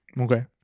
Okay